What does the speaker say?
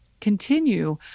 continue